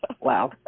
Wow